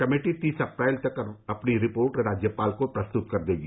committee तीस अप्रैल तक अपनी रिपोर्ट राज्यपाल को प्रस्तुत करेगी